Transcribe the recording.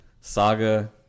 saga